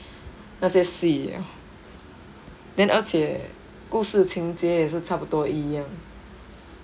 那些戏 then 而且故事情节也是差不多一样